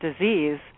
disease